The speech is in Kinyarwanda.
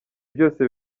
byose